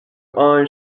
eyes